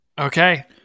Okay